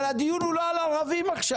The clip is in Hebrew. אבל הדיון הוא לא על ערבים עכשיו.